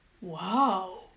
Wow